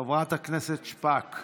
חברת הכנסת שפק,